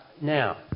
Now